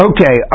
Okay